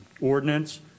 ordinance